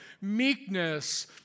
Meekness